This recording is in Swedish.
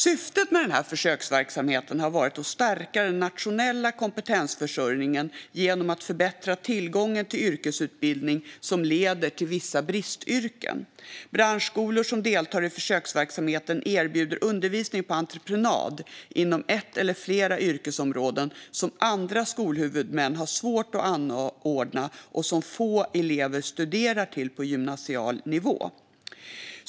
Syftet med försöksverksamheten har varit att stärka den nationella kompetensförsörjningen genom att förbättra tillgången till yrkesutbildning som leder till vissa bristyrken. Branschskolor som deltar i försöksverksamheten erbjuder undervisning på entreprenad inom ett eller flera yrkesområden som andra skolhuvudmän har svårt att anordna och som få elever studerar till på gymnasial nivå.